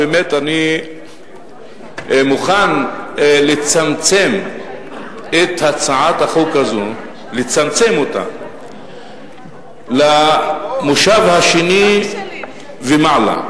אני מוכן לצמצם את הצעת החוק הזאת לצמצם אותה למושב השני ומעלה.